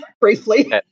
briefly